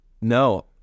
no